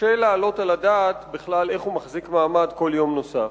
קשה להעלות על הדעת בכלל איך הוא מחזיק מעמד כל יום נוסף.